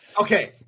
okay